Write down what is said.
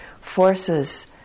forces